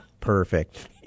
Perfect